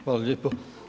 Hvala lijepo.